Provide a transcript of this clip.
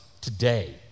today